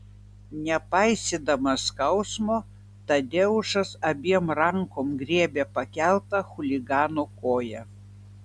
nepaisydamas skausmo tadeušas abiem rankom griebė pakeltą chuligano koją